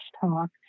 talk